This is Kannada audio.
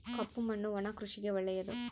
ಕಪ್ಪು ಮಣ್ಣು ಒಣ ಕೃಷಿಗೆ ಒಳ್ಳೆಯದು